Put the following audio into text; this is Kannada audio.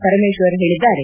ಪರಮೇಶ್ವರ್ ಹೇಳಿದ್ದಾರೆ